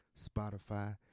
Spotify